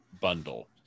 bundle